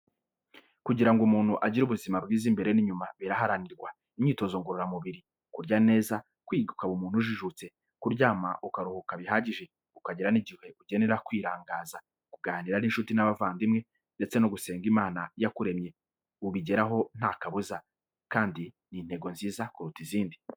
Kugira ngo umuntu agire ubuzima bwiza imbere n'inyuma, birahanirwa. Imyitozo ngororamubiri, kurya neza, kwiga ukaba umuntu ujijutse, kuryama ukaruhuka bihagije, ukagira n'igihe ugenera kwirangaza, kuganira n'incuti n'abavandimwe ndetse no gusenga Imana yakuremye, ubigeraho nta kabuza, kandi ni intego nziza kuruta izindi.